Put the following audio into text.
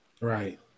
Right